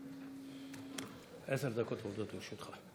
עשר דקות עומדות לרשותך.